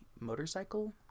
motorcycle